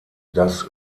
das